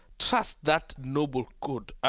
trust that noble good, ah